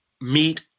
meet